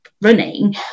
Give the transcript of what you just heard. running